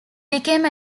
became